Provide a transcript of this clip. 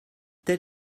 tel